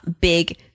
big